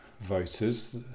voters